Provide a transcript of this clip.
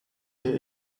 they